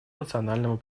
национальному